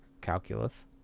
calculus